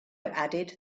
added